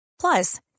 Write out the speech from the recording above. Plus